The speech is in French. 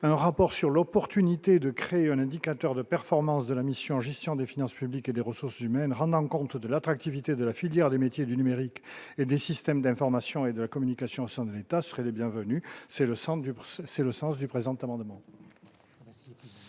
un rapport sur l'opportunité de créer un indicateur de performance de la mission en gestion des finances publiques et des ressources humaines, rendant compte de l'attractivité de la filière des métiers du numérique et des systèmes d'information et de la communication, son état serait les bienvenu, c'est le sens du c'est le sens